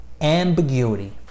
Ambiguity